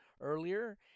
earlier